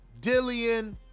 Dillian